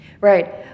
Right